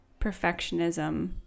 perfectionism